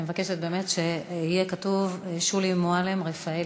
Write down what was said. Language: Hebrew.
אני מבקשת באמת שיהיה כתוב: שולי מועלם-רפאלי,